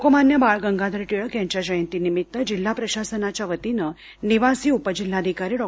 लोकमान्य बाळ गंगाधर टिळक यांच्या जयंतीनिमित्त जिल्हा प्रशासनाच्या वतीनं निवासी उपजिल्हाधिकारी डॉ